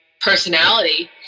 personality